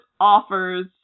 offers